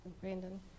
Brandon